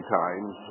times